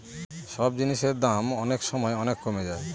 সব জিনিসের দাম অনেক সময় অনেক কমে যায়